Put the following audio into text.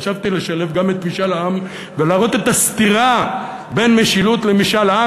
חשבתי לשלב גם את משאל העם ולהראות את הסתירה בין משילות למשאל עם.